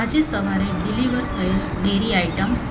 આજે સવારે ડિલિવર થયેલ ડેરી આઈટમ્સ